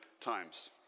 times